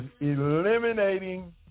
eliminating